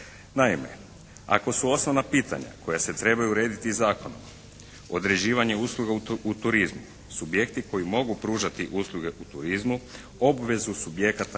Naime, ako su osnovna pitanja koja se trebaju urediti zakonom određivanje usluga u turizmu subjekti koji mogu pružati usluge u turizmu obvezu subjekata